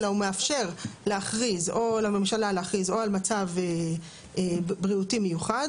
הוא רק מאפשר לממשלה להכריז על מצב בריאותי מיוחד